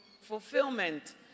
fulfillment